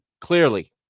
Clearly